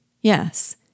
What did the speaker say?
yes